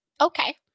Okay